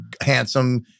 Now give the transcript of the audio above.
handsome